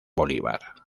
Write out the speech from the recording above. bolívar